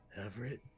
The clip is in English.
Everett